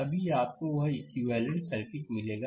तभी आपको वह इक्विवेलेंट सर्किट मिलेगा